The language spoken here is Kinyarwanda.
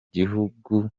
gihugu